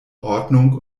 ordnung